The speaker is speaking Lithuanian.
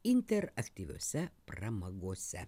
interaktyviose pramagose